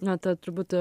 na ta turbūt